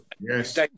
yes